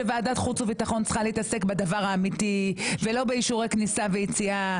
שוועדת חוץ וביטחון צריכה להתעסק בדבר האמיתי ולא באישורי כניסה ויציאה.